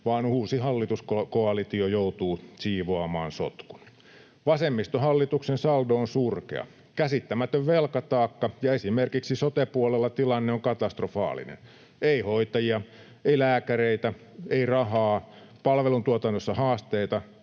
vaan uusi hallituskoalitio joutuu siivoamaan sotkun. Vasemmistohallituksen saldo on surkea. On käsittämätön velkataakka, ja esimerkiksi sote-puolella tilanne on katastrofaalinen: ei hoitajia, ei lääkäreitä, ei rahaa, palveluntuotannossa haasteita,